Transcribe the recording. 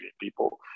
people